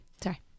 sorry